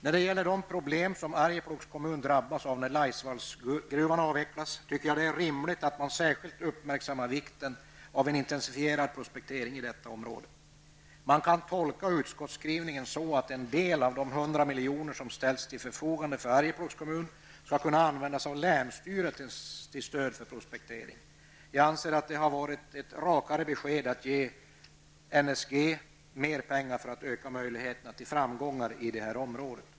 Med tanke på de problem som Arjeplogs kommun drabbas av när Laisvallsgruvan avvecklas, tycker jag det är rimligt att man särskilt uppmärksammar vikten av intensifierad prospektering i detta område. Man kan tolka utskottsskrivningen så att en del av den 100 milj.kr. som ställts till förfogande för Arjeplogs kommun skall kunna användas av länsstyrelsen även till stöd för prospektering i området. Jag anser att det hade varit ett rakare besked att ge NSG mer pengar för att öka möjligheterna till framgångar i området.